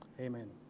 Amen